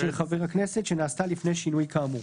חבר הכנסת שנעשתה לפני שינוי כאמור."